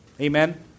Amen